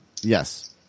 Yes